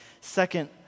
Second